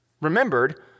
remembered